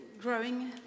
growing